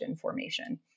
formation